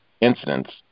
incidents